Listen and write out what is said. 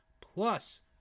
Plus